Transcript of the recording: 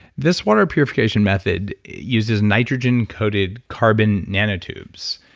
this water purification method uses nitrogen-coated carbon nanotubes,